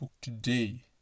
today